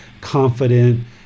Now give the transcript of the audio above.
confident